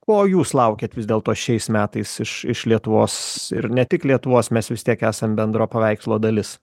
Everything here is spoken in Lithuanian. ko jūs laukiat vis dėl to šiais metais iš iš lietuvos ir ne tik lietuvos mes vis tiek esam bendro paveikslo dalis